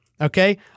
okay